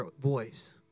voice